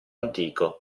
antico